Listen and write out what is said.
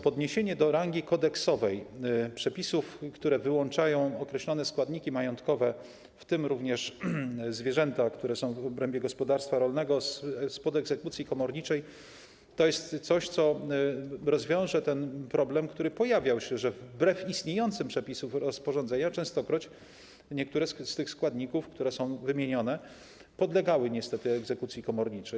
Podniesienie do rangi kodeksowej przepisów, które wyłączają określone składniki majątkowe, w tym również zwierzęta, które są w obrębie gospodarstwa rolnego, spod egzekucji komorniczej, to jest coś, co rozwiąże problem, który się pojawiał, że wbrew istniejącym przepisom rozporządzenia częstokroć niektóre z tych składników, które są wymienione, podlegały niestety egzekucji komorniczej.